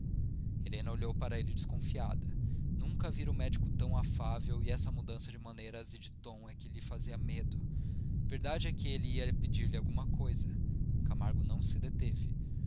helena olhou para ele desconfiada nunca vira o médico tão afável e essa mudança de maneiras e de tom é que lhe fazia medo verdade é que ele ia pedir-lhe alguma coisa camargo não se deteve